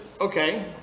okay